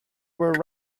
where